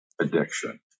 addiction